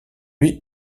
lui